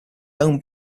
owned